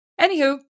anywho